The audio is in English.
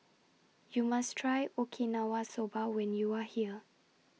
YOU must Try Okinawa Soba when YOU Are here